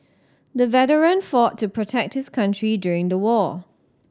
the veteran fought to protect his country during the war